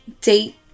date